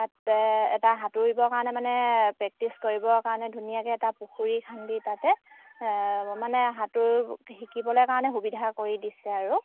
তাতে এটা সাঁতুৰিবৰ কাৰণে মানে প্ৰেক্টিচ কৰিবৰ কাৰণে ধুনীয়াকৈ এটা পুখুৰী খান্দি তাতে মানে সাঁতোৰ শিকিবলৈ কাৰণে সুবিধা কৰি দিছে আৰু